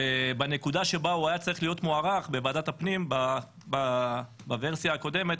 בנקודה שבה היא הייתה צריכה להיות מוערכת בוועדת הפנים בוורסיה הקודמת,